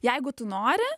jeigu tu nori